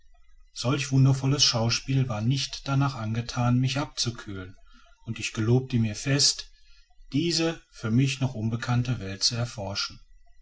solch wundervolles schauspiel war nicht danach angethan mich abzukühlen und ich gelobte mir fest diese für mich noch unbekannte welt zu erforschen